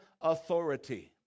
authority